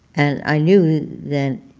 and i knew that